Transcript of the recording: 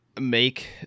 make